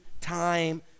time